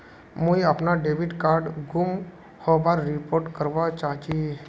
मुई अपना debit card गूम होबार रिपोर्ट करवा चहची